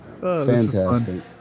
Fantastic